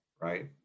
right